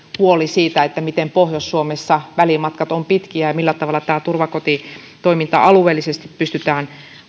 huoli siitä miten pohjois suomessa välimatkat ovat pitkiä ja millä tavalla tämä turvakotitoiminta alueellisesti pystytään